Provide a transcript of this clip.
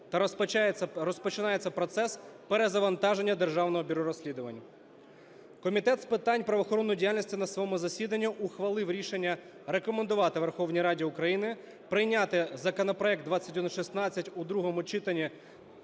та розпочинається процес перезавантаження Державного бюро розслідувань. Комітет з питань правоохоронної діяльності на своєму засіданні ухвалив рішення рекомендувати Верховній Раді України прийняти законопроект 2116 у другому читанні